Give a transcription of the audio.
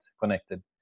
connected